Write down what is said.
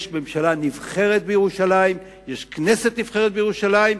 יש ממשלה נבחרת בירושלים, יש כנסת נבחרת בירושלים,